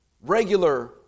regular